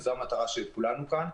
וזו המטרה של כולנו כאן.